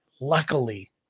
Luckily